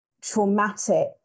traumatic